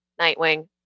nightwing